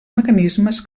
mecanismes